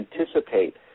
anticipate